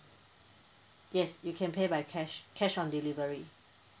yes you can pay by cash cash on delivery